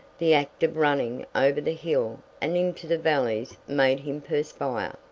the act of running over the hill and into the valleys made him perspire.